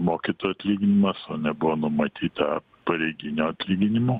mokytojo atlyginimas o nebuvo numatyta pareiginio atlyginimo